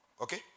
Okay